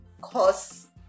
cause